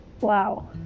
Wow